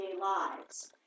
lives